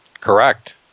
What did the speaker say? Correct